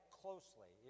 closely